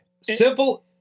Simple